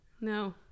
No